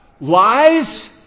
Lies